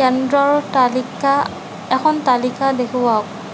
কেন্দ্ৰৰ তালিকা এখন তালিকা দেখুৱাওক